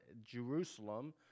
Jerusalem